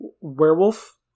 werewolf